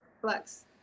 flex